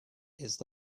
its